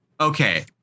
Okay